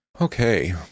Okay